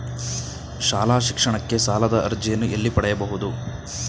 ಶಾಲಾ ಶಿಕ್ಷಣಕ್ಕೆ ಸಾಲದ ಅರ್ಜಿಯನ್ನು ಎಲ್ಲಿ ಪಡೆಯಬಹುದು?